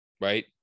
right